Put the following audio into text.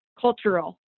cultural